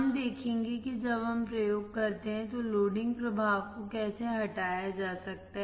हम देखेंगे कि जब हम प्रयोग करते हैं तो लोडिंग प्रभाव को कैसे हटाया जा सकता है